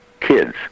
kids